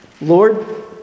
Lord